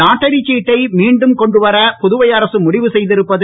lottery சீட்டை மீண்டும் கொண்டுவர புதுவை அரசு முடிவு செய்திருப்பது